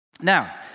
Now